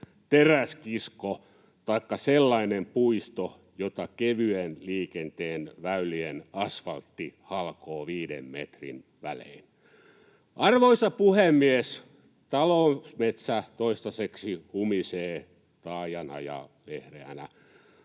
teräskisko taikka sellainen puisto, jota kevyen liikenteen väylien asfaltti halkoo viiden metrin välein. Arvoisa puhemies! Talousmetsä toistaiseksi humisee taajana ja vehreänä,